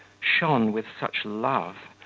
shone with such love,